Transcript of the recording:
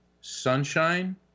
sunshine